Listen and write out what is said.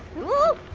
ooh,